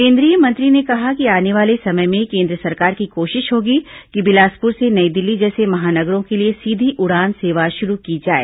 केंद्रीय मंत्री ने कहा कि आने वाले समय में कोन्द्र सरकार की कोशिश होगी कि बिलासपुर से नई दिल्ली जैसे महानगरों के लिए सीधी उड़ान सेवा शुरू की जाए